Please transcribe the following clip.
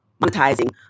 monetizing